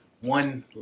one